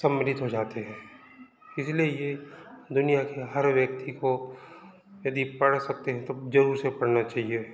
सम्मिलित हो जाते हैं इसलिए ये दुनिया के हर व्यक्ति को यदि पढ़ सकते हैं तो जरूर से पढ़ना चाहिए